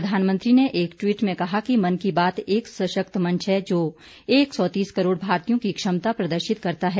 प्रधानमंत्री ने एक ट्वीट में कहा कि मन की बात एक सशक्त मंच है जो एक सौ तीस करोड़ भारतीयों की क्षमता प्रदर्शित करता है